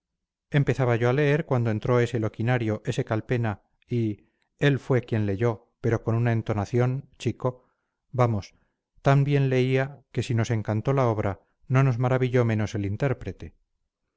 te los leyó empezaba yo a leer cuando entró ese loquinario ese calpena y él fue quien leyó pero con una entonación chico vamos tan bien leía que si nos encantó la obra no nos maravilló menos el intérprete